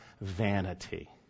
vanity